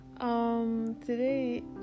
Today